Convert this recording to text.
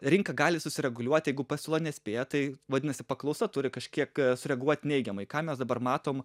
rinka gali susireguliuot jeigu pasiūla nespėja tai vadinasi paklausa turi kažkiek sureaguot neigiamai ką mes dabar matom